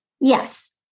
Yes